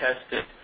tested